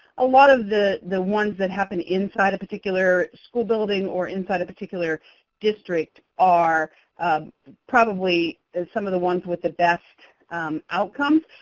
a lot of the the ones that happen inside a particular school building or inside a particular district are probably some of the ones with the best outcomes.